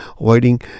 avoiding